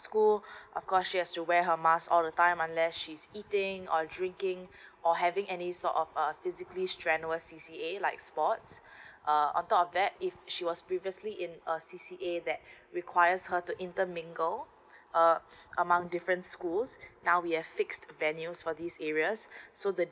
school of course she has to wear mask all the time unless she's eating or drinking or having any sort of a physically strenuous C_C_A sports uh on top of that if she was previously in a C_C_A that requires her to intern mingle uh among different schools now we have fixed venues for these areas so the